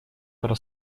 про